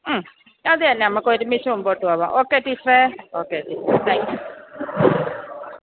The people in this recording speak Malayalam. അത് തന്നെ നമുക്കൊരുമിച്ച് മുമ്പോട്ട് പോവാം ഓക്കേ ടീച്ചറേ ഒക്കെ ടീച്ചറെ ടാങ്ക് യൂ